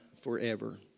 forever